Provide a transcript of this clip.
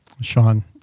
Sean